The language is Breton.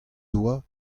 doa